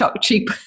cheap